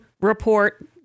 report